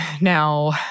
now